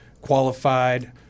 qualified